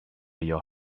your